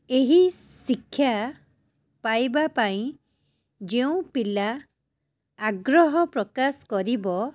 ଏହି ଶିକ୍ଷା ପାଇବାପାଇଁ ଯେଉଁପିଲା ଆଗ୍ରହ ପ୍ରକାଶ କରିବ